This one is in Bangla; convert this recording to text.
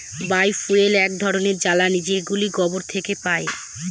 বায় ফুয়েল এক ধরনের জ্বালানী যেগুলো গোবর থেকে পাই